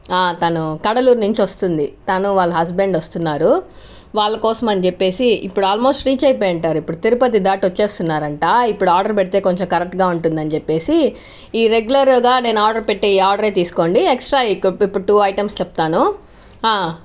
తను కడలూరు నుంచి వస్తుంది తను వాళ్ళ హస్బెండ్ వస్తున్నారు వాళ్ళకోసమని చెప్పేసి ఇప్పుడు ఆల్ మోస్ట్ రీచ్ అయిపోయుంటారు ఇపుడు తిరుపతి దాటేసి వచ్చేస్తున్నారంట ఇప్పుడు ఆర్డర్ పెడితే కొంచెం కరెక్ట్గా ఉంటుందని చెప్పేసి ఈ రెగ్యులర్గా నేను ఆర్డర్ పెట్టే ఈ ఆర్డరే తీసుకోండి ఎక్స్ట్రా ఇప్పుడు టూ ఐటమ్స్ చెప్తాను